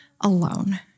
alone